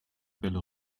belle